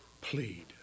plead